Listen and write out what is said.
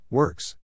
Works